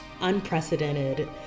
unprecedented